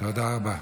תודה רבה.